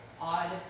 odd